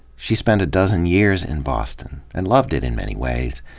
she spent a dozen years in boston, and loved it in many ways.